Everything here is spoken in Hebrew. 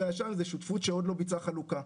הישן זו שותפות שעוד לא ביצעה חלוקה,